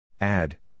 Add